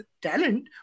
Talent